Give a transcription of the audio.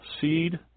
seed